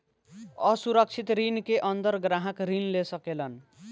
असुरक्षित ऋण के अंदर ग्राहक ऋण ले सकेलन